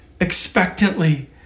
expectantly